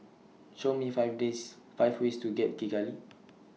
Show Me five Days five ways to get to Kigali